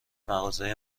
مغازه